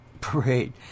parade